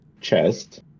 chest